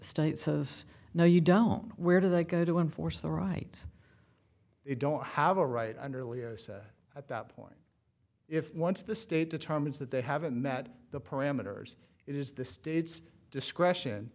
state says no you don't where do they go to enforce the right they don't have a right under leo at that point if once the state determines that they haven't met the parameters it is the state's discretion